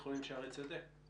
בית החולים "שערי צדק".